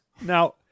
Now